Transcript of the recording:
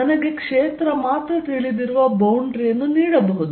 ನನಗೆ ಕ್ಷೇತ್ರ ಮಾತ್ರ ತಿಳಿದಿರುವ ಬೌಂಡರಿ ಯನ್ನು ನೀಡಬಹುದು